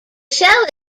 shell